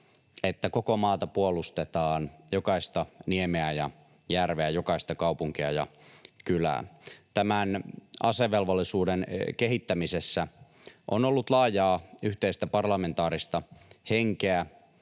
että koko maata puolustetaan, jokaista niemeä ja järveä, jokaista kaupunkia ja kylää. Tämän asevelvollisuuden kehittämisessä on ollut laajaa yhteistä parlamentaarista henkeä.